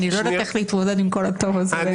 אנחנו לא יודעים איך להתמודד עם כל הטוב הזה שנופל עלינו,